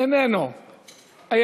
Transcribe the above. אינו נוכח,